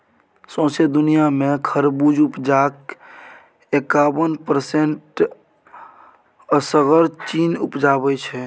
सौंसे दुनियाँ मे खरबुज उपजाक एकाबन परसेंट असगर चीन उपजाबै छै